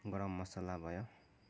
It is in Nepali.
गरम मसाला भयो